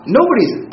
nobody's